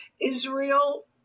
Israel